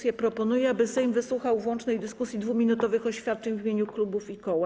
Ja. Proponuję, aby Sejm wysłuchał w łącznej dyskusji 2-minutowych oświadczeń w imieniu klubów i koła.